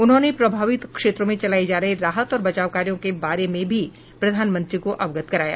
उन्होंने प्रभावित क्षेत्रों में चलाये जा रहे राहत और बचाव कार्यों के बारे में भी प्रधानमंत्री को अवगत कराया